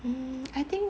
hmm I think